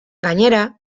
gainera